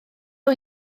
nhw